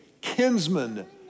kinsman